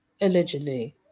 allegedly